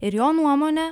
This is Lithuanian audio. ir jo nuomone